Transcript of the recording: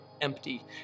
empty